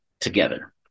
together